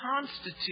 constitute